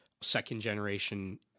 second-generation